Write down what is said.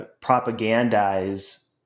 propagandize